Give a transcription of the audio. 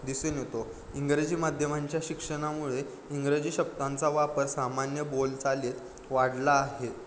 दिसून येतो इंग्रजी माध्यमांच्या शिक्षणामुळे इंग्रजी शब्दांचा वापर सामान्य बोलचालीत वाढला आहे